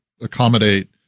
accommodate